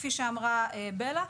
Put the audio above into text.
כפי שאמרה בלה,